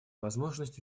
возможность